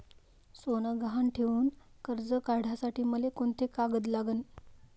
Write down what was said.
सोनं गहान ठेऊन कर्ज काढासाठी मले कोंते कागद लागन?